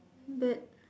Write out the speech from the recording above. that